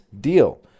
deal